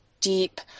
deep